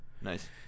Nice